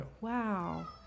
Wow